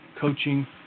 coaching